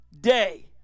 day